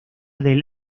del